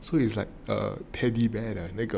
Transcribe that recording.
so it's like a teddy bear 的那个